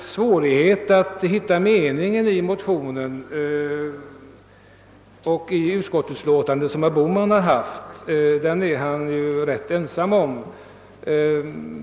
Svårigheten att hitta meningen i motionen och utskottsutlåtandet är herr Bohman rätt ensam om.